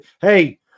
Hey